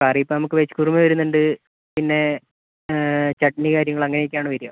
കറി ഇപ്പം നമുക്ക് വെജ് കുറുമ വരുന്നുണ്ട് പിന്നെ ചട്ണി കാര്യങ്ങൾ അങ്ങനെയൊക്കെയാണ് വരിക